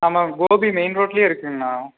ஆமாம் கோபி மெயின் ரோட்லயே இருக்குங்க அண்ணா